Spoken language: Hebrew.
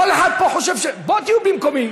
כל אחד פה חושב, בואו תהיו במקומי.